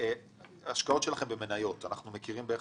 ההשקעות שלכם במניות - אנחנו מכירים בערך